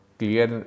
clear